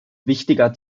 wichtiger